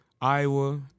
Iowa